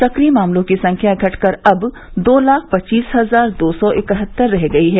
सक्रिय मामलों की संख्या घटकर अब दो लाख पच्चीस हजार दो सौ इकहत्तर रह गयी है